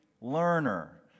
learner